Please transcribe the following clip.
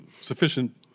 sufficient